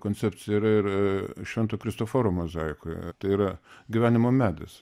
koncepcijų ir ir švento kristoforo mozaikoje tai yra gyvenimo medis